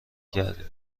کردیم